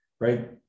right